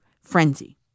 frenzy